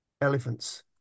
elephants